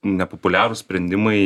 nepopuliarūs sprendimai